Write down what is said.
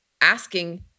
asking